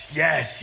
yes